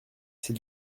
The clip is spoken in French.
c’est